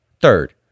Third